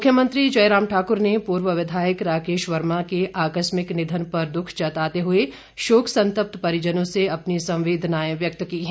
मुख्यमंत्री जयराम ठाक्र ने पूर्व विधायक राकेश वर्मा के आकस्मिक निधन पर दुःख जताते हुए शोक संतप्त परिजनों से अपनी संवेदनाएं व्यक्त की हैं